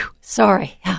Sorry